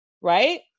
right